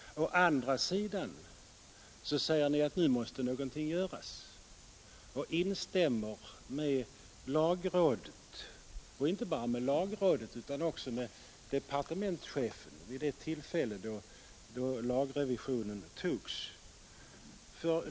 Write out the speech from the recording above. Å andra sidan säger Ni att nu måste någonting göras och instämmer uppenbarligen med lagrådet och även med departementschefen vid det tillfället då lagrevisionen antogs.